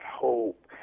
hope